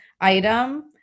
item